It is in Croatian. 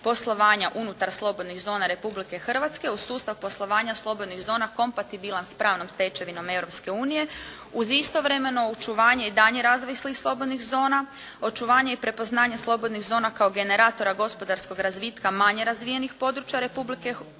poslovanja unutar slobodnih zona Republike Hrvatske uz sustav poslovanja slobodnih zona kompatibilan s pravnom stečevinom Europske unije uz istovremeno očuvanje i daljnji razvoj svih slobodnih zona, očuvanje i prepoznanje slobodnih zona kao generatora gospodarskog razvitka manje razvijenih područja Republike Hrvatske